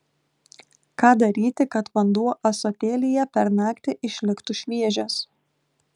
ką daryti kad vanduo ąsotėlyje per naktį išliktų šviežias